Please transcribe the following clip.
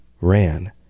ran